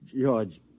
George